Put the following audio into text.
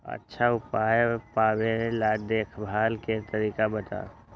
अच्छा उपज पावेला देखभाल के तरीका बताऊ?